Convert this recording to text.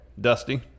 Dusty